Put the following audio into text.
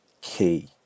key